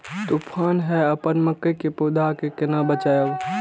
तुफान है अपन मकई के पौधा के केना बचायब?